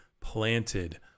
Planted